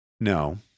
no